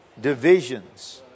Divisions